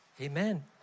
Amen